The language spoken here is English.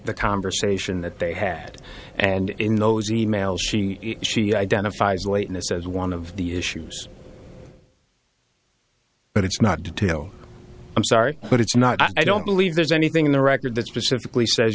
the conversation that they had and in those e mails she she identifies lateness as one of the issues but it's not detail i'm sorry but it's not i don't believe there's anything in the record that specifically says